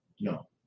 No